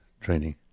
training